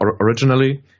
originally